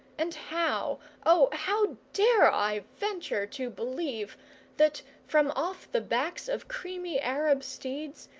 and how, oh, how dare i venture to believe that, from off the backs of creamy arab steeds,